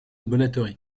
bonneterie